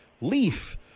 Leaf